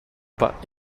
pas